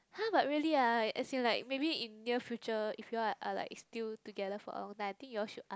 !huh! but really ah as in like maybe in near future if you all are like still together for long then I think you all should ask